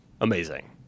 amazing